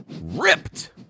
Ripped